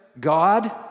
God